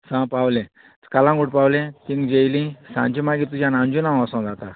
सां पावलें कालांगूट पावलें थिंग जेयलीं सांची मागीर तुज्यान अंजुना वोसों जाता